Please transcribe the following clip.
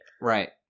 Right